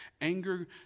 anger